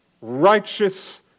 righteous